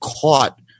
caught